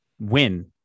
win